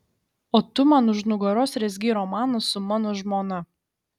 o tu man už nugaros rezgei romaną su mano žmona